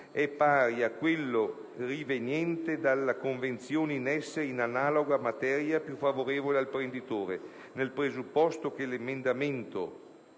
è pari a quello riveniente dalla convenzione in essere in analoga materia più favorevole al prenditore, nel presupposto che l'emendamento